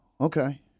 Okay